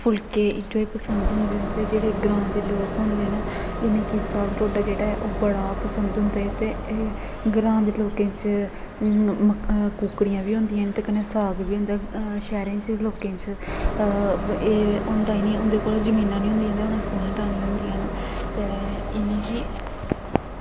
फुल्के पसंद होंदे न ते जेह्ड़े ग्रांऽ दे लोग होंदे न उनेंगी साग ते ढोड्डा बड़ा ई पसंद होंदा ते ग्राएं दे लोकें च कुक्कड़ियां बी होंदियां ते कन्नै साग बी होंदा ऐ शैह्रें च लोकें च एह् होंदा निं ते उंदे कोल जमीनां निं होंदियां ते उनें कुत्थें लानियां होंदियां ते इनेंगी